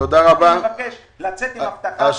אני מבקש לצאת עם הבטחה.